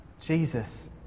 Jesus